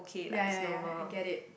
ya ya ya I get it